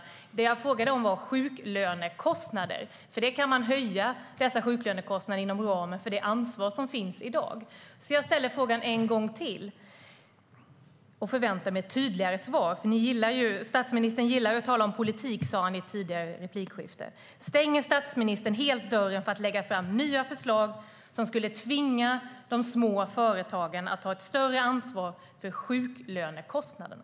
Det som jag frågade om var sjuklönekostnader. Dessa sjuklönekostnader kan man höja inom ramen för det ansvar som finns i dag. Jag ställer därför frågan en gång till och förväntar mig ett tydligare svar. Statsministern sa nämligen tidigare att han gillar att tala om politik. Stänger statsministern helt dörren för att lägga fram nya förslag som skulle tvinga de små företagen att ta ett större ansvar för sjuklönekostnaderna?